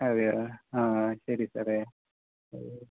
അതെയോ ആ ശരി സാറേ